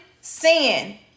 sin